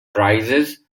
prizes